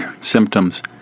symptoms